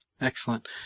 Excellent